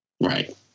Right